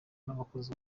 n’abakozi